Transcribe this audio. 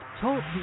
TALK